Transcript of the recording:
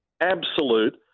absolute